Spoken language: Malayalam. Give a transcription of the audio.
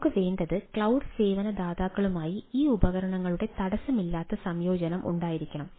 നമുക്ക് വേണ്ടത് ക്ലൌഡ് സേവന ദാതാക്കളുമായി ഈ ഉപകരണങ്ങളുടെ തടസ്സമില്ലാത്ത സംയോജനം ഉണ്ടായിരിക്കണം